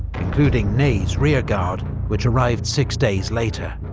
including ney's rearguard, which arrived six days later.